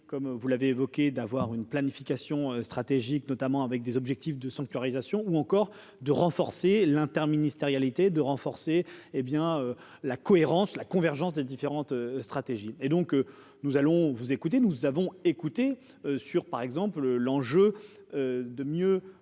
comme vous l'avez évoqué d'avoir une planification stratégique, notamment avec des objectifs de sanctuarisation ou encore de renforcer l'interministérialité de renforcer, hé bien la cohérence, la convergence des différentes stratégies et donc nous allons vous écouter, nous avons écouté sur par exemple l'enjeu de mieux